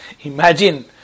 imagine